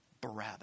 Barabbas